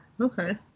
okay